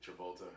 Travolta